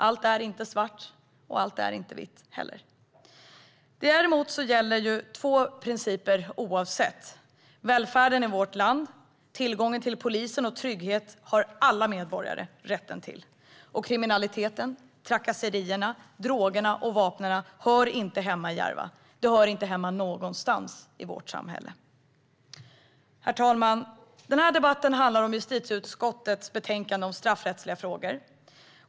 Allt är inte svart, och allt är inte heller vitt. Däremot gäller två principer: Välfärden i vårt land, tillgången till polisen och trygghet, har alla medborgare rätt till. Och kriminaliteten, trakasserierna, drogerna och vapnen hör inte hemma i Järva. De hör inte hemma någonstans i vårt samhälle. Herr talman! Den här debatten handlar om justitieutskottets betänkande om straffrättsliga frågor.